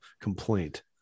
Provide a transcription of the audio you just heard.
complaint